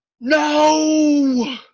No